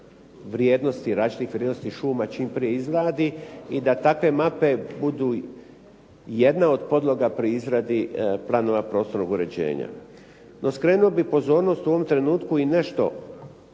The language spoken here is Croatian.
vrijednosti šuma čim prije izradi i da takve mape budu jedna od podloga pri izradi planova prostornog uređenja. No, skrenuo bih pozornost u ovom trenutku i nešto